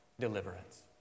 deliverance